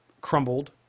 crumbled